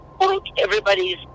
everybody's